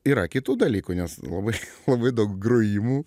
yra kitų dalykų nes labai labai daug grojimų